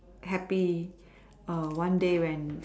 happy err one day when